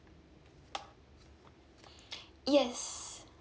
yes